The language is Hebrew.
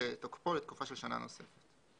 תוקפו לתקופה של שנה נוספת.